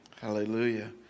Hallelujah